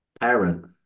parent